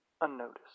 unnoticed